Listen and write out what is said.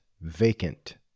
vacant